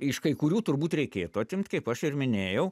iš kai kurių turbūt reikėtų atimt kaip aš ir minėjau